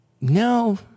No